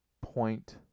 point